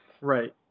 Right